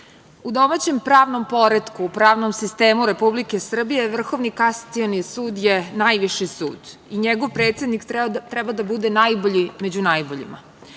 domaćem pravnom poretku, u pravnom sistemu Republike Srbije, Vrhovni kasacioni sud je najviši sud i njegov predsednik treba da bude najbolji među najboljima.Za